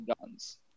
guns